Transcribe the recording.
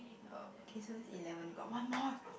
oh K so that's eleven got one more